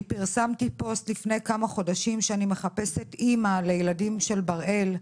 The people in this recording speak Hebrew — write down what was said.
אני פרסמתי פוסט לפני כמה חודשים שאני מחפשת אמא לילדים של בראל,